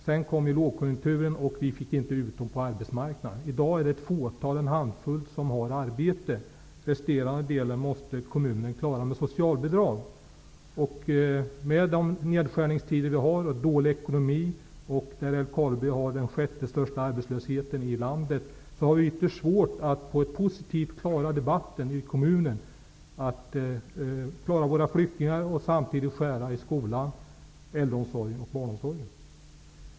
Sedan kom lågkonjunkturen och vi fick inte ut dem på arbetsmarknaden. I dag är det en handfull som har arbete. Resterande delen måste kommunen klara med socialbidrag. I de nedskärningstider vi har, med dålig ekonomi, och när Älvkarleby har den sjätte största arbetslösheten i landet, har vi ytterst svårt att på ett positivt sätt klara debatten i kommunen, att klara våra flyktingar och samtidigt skära i skola, äldreomsorg och barnomsorg.